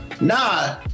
Nah